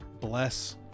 bless